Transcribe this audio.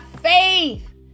faith